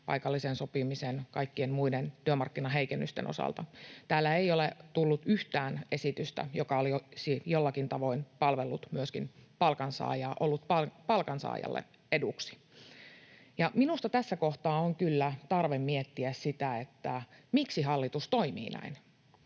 paikallisen sopimisen ja kaikkien muiden työmarkkinaheikennysten osalta. Täällä ei ole tullut yhtään esitystä, joka olisi jollakin tavoin palvellut myöskin palkansaajaa, ollut palkansaajalle eduksi. Minusta tässä kohtaa on kyllä tarve miettiä sitä, miksi hallitus toimii näin,